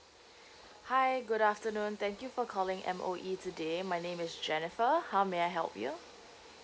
hi good afternoon thank you for calling M_O_E today my name is jennifer how may I help you